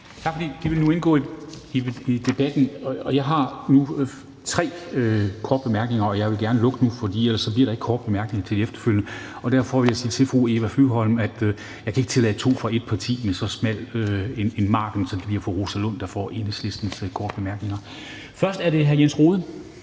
Tak for det. Det vil nu indgå i debatten. Jeg har nu tre til korte bemærkninger, og jeg vil gerne lukke nu, for ellers bliver der ikke korte bemærkninger til de efterfølgende ordførere. Derfor vil jeg sige til fru Eva Flyvholm, at jeg ikke kan tillade to fra et parti med så smal en tidsmæssig margen, så det bliver fru Rosa Lund, der får Enhedslistens korte bemærkninger. Først er det hr. Jens Rohde.